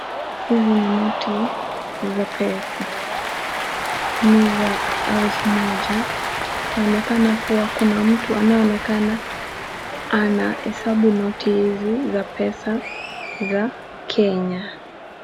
Hili ni noti za pesa. Ni za elfu moja. Inaonekana kuwa kuna mtu anayeonekana anahesabu noti hizi pesa za Kenya.